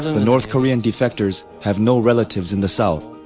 the north korean defectors have no relatives in the south.